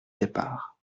départ